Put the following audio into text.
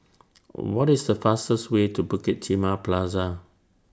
What IS The fastest Way to Bukit Timah Plaza